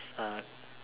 uh